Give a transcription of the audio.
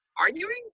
arguing